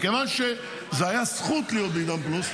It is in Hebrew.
מכיוון שזאת הייתה זכות להיות בעידן פלוס,